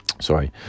Sorry